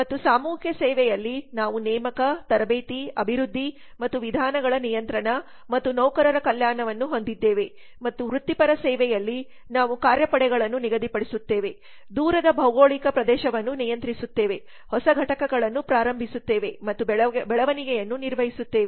ಮತ್ತು ಸಾಮೂಹಿಕ ಸೇವೆಯಲ್ಲಿ ನಾವು ನೇಮಕ ತರಬೇತಿ ಅಭಿವೃದ್ಧಿ ಮತ್ತು ವಿಧಾನಗಳ ನಿಯಂತ್ರಣ ಮತ್ತು ನೌಕರರ ಕಲ್ಯಾಣವನ್ನು ಹೊಂದಿದ್ದೇವೆ ಮತ್ತು ವೃತ್ತಿಪರ ಸೇವೆಯಲ್ಲಿ ನಾವು ಕಾರ್ಯಪಡೆಗಳನ್ನು ನಿಗದಿಪಡಿಸುತ್ತೇವೆ ದೂರದ ಭೌಗೋಳಿಕ ಪ್ರದೇಶವನ್ನು ನಿಯಂತ್ರಿಸುತ್ತೇವೆ ಹೊಸ ಘಟಕಗಳನ್ನು ಪ್ರಾರಂಭಿಸುತ್ತೇವೆ ಮತ್ತು ಬೆಳವಣಿಗೆಯನ್ನು ನಿರ್ವಹಿಸುತ್ತೇವೆ